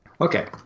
okay